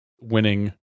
winning